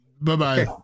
Bye-bye